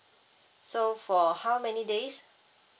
so for how many days